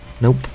Nope